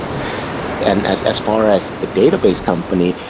and and as as far as the database company,